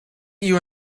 you